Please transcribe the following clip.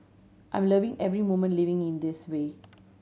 I'm loving every moment living in this way